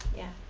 yeah.